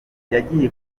yajyiye